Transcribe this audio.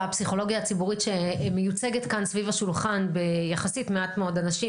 הפסיכולוגיה הציבורית שמיוצגת כאן סביב השולחן ביחסית מעט מאוד אנשים